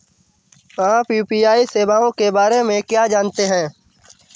आप यू.पी.आई सेवाओं के बारे में क्या जानते हैं?